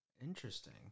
Interesting